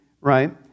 right